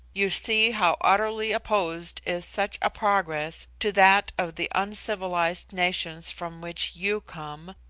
you see how utterly opposed is such a progress to that of the uncivilised nations from which you come,